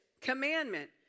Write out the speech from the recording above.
commandment